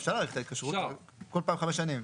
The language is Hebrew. אפשר להאריך את ההתקשרות, אבל כל פעם בחמש שנים.